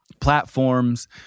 platforms